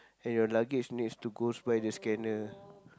and your luggage needs to goes by the scanner